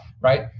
Right